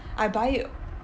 I buy it